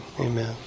Amen